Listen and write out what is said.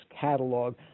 catalog